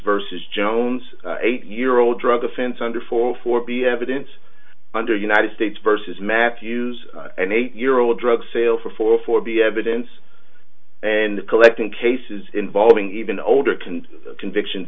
versus jones eight year old drug offense under four four be evidence under united states versus matthews an eight year old drug sale for four for be evidence and collecting cases involving even older can convictions